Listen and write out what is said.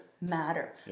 matter